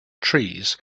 trees